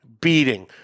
beating